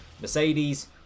Mercedes